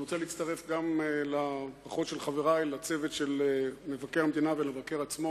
גם אני רוצה להצטרף לברכות של חברי לצוות של מבקר המדינה ולמבקר עצמו,